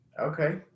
Okay